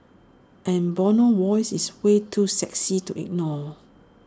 and Bono's voice is way too sexy to ignore